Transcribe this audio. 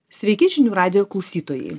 sveiki žinių radijo klausytojai